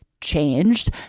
changed